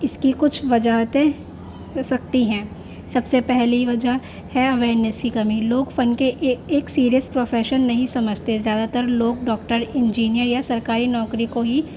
اس کی کچھ وجہیں ہو سکتی ہیں سب سے پہلی وجہ ہے اویئیرنیس کی کمی لوگ فن کے ایک ایک سیریئس پروفیشن نہیں سمجھتے زیادہ تر لوگ ڈاکٹر انجینئر یا سرکاری نوکری کو ہی